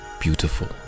beautiful